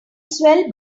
swell